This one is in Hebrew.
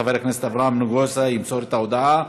חבר הכנסת אברהם נגוסה ימסור את ההודעה,